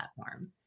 platform